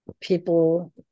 people